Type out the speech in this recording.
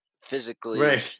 physically